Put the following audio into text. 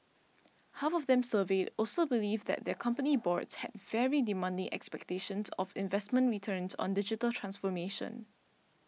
half of them surveyed also believed that their company boards had very demanding expectations of investment returns on digital transformation